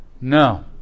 No